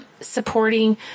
supporting